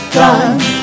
done